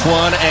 one